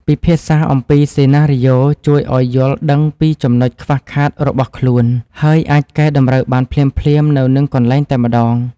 ពិភាក្សាអំពីសេណារីយ៉ូជួយឱ្យយល់ដឹងពីចំណុចខ្វះខាតរបស់ខ្លួនឯង ហើយ អាចកែតម្រូវបានភ្លាមៗនៅនឹងកន្លែងតែម្តង។